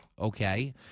okay